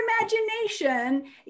imagination